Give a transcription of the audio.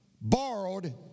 borrowed